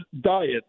diet